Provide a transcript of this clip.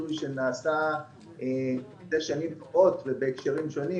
הפיצוי שנעשה בהקשרים שונים,